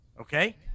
Okay